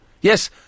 Yes